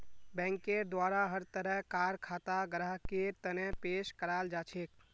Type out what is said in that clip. बैंकेर द्वारा हर तरह कार खाता ग्राहकेर तने पेश कराल जाछेक